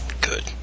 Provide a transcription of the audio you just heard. Good